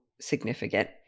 significant